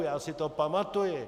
Já si to pamatuji.